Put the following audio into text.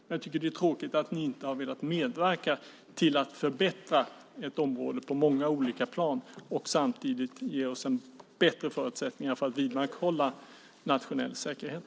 Men det är tråkigt att ni inte har velat medverka till att förbättra på ett område på många olika plan och samtidigt gett oss bättre förutsättningar att vidmakthålla nationell säkerhet.